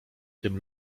tym